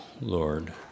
Lord